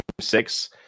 Six